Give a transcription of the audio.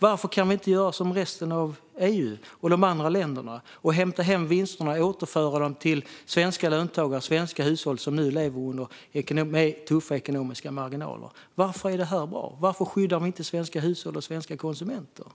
Varför kan vi inte göra som resten av EU och de andra länderna och hämta hem vinsterna och återföra dem till svenska löntagare och svenska hushåll som nu lever med tuffa ekonomiska marginaler? Varför är detta bra? Varför skyddar vi inte svenska hushåll och svenska konsumenter?